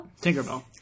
Tinkerbell